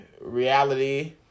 reality